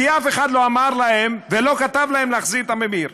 כי אף אחד לא אמר להם ולא כתב להם להחזיר את הממיר?